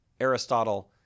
Aristotle